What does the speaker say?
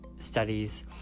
studies